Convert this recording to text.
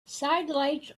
sidelights